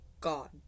God